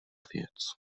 věc